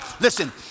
Listen